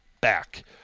back